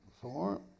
Four